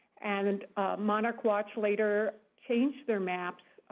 and monarch watch later changed their maps,